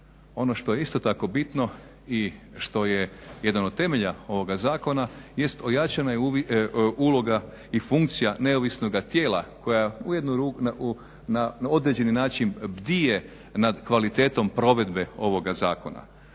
Ono što je isto tako bitno i što je jedan od temelja ovoga zakona jest ojačana je uloga i funkcija neovisnoga tijela koja na određeni način bdije nad kvalitetom provedbe ovoga zakona.